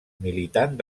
militant